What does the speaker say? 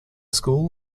school